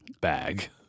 bag